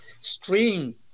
stream